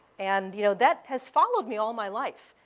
and you know that has followed me all my life.